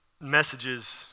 messages